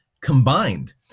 combined